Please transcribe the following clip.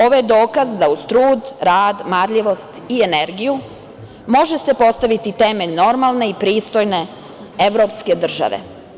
Ovo je dokaz da se uz trud, rad, marljivost i energiju može postaviti temelj normalne i pristojne evropske države.